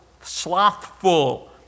slothful